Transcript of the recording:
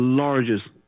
largest